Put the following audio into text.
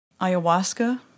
Ayahuasca